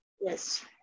Yes